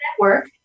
network